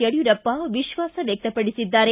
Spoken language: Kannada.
ಯಡ್ಕೂರಪ್ಪ ವಿಶ್ವಾಸ ವ್ಯಕ್ತಪಡಿಸಿದ್ದಾರೆ